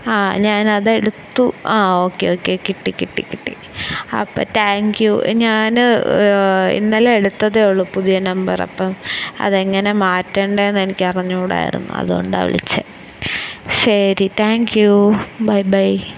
ഞാനതെടുത്തു okay okay കിട്ടി കിട്ടി കിട്ടി അപ്പോൾ താങ്ക് യൂ ഞാൻ ഇന്നലെ എടുത്തതെ ഉള്ളൂ പുതിയ നമ്പർ അപ്പം അതെങ്ങനെയാണ് മാറ്റേണ്ടതെന്നു എനിക്ക് അറിഞ്ഞു കൂടായിരുന്നു അതുകൊണ്ടാണ് വിളിച്ചത് ശരി താങ്ക് യൂ ബൈ ബൈ